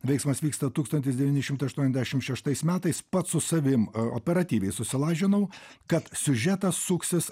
veiksmas vyksta tūkstantis devyni šimtai aštuoniasdešim šeštais metais pats su savim operatyviai susilažinau kad siužetas suksis